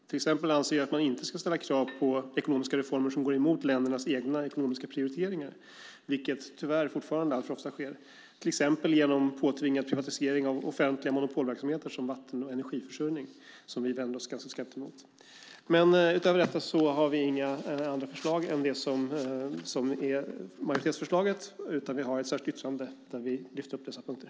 Jag anser till exempel att man inte ska ställa krav på ekonomiska reformer som går emot ländernas egna ekonomiska prioriteringar, vilket tyvärr fortfarande alltför ofta sker, till exempel genom påtvingad privatisering av offentliga monopolverksamheter som vatten och energiförsörjning. Det vänder vi oss ganska skarpt emot. Utöver detta har vi inga andra förslag än majoritetsförslaget, utan vi har ett särskilt yttrande där vi lyfter upp dessa punkter.